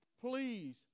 please